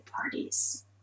parties